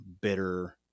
bitter